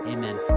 Amen